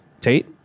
Tate